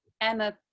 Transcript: emma